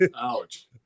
Ouch